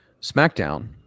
Smackdown